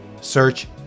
search